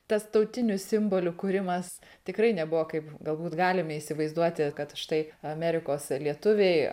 tas tautinių simbolių kūrimas tikrai nebuvo kaip galbūt galime įsivaizduoti kad štai amerikos lietuviai